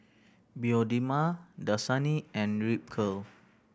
Bioderma Dasani and Ripcurl